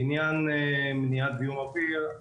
לעניין מניעת זיהום אוויר,